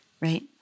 Right